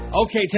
Okay